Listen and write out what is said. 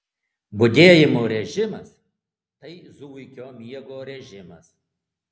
budėjimo režimas tai zuikio miego režimas